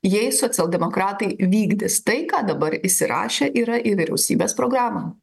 jei socialdemokratai vykdys tai ką dabar įsirašę yra į vyriausybės programą